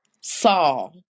Saul